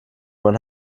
mein